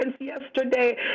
yesterday